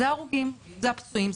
ההרוגים והפצועים,